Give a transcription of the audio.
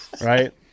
Right